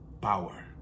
power